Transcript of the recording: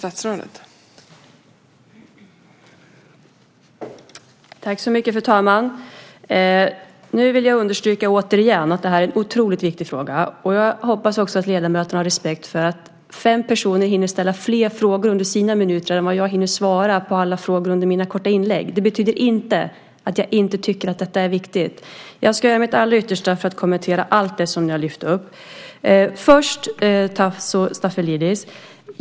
Fru talman! Nu vill jag återigen understryka att det här är en otroligt viktig fråga. Jag hoppas också att ledamöterna har respekt för att fem personer hinner ställa fler frågor under sina minuter än vad jag hinner svara på alla frågor under mina korta inlägg. Det betyder inte att jag inte tycker att detta är viktigt. Jag ska göra mitt allra yttersta för att kommentera allt det ni har lyft upp. Jag riktar mig först till Tasso Stafilidis.